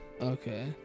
Okay